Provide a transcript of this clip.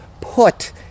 put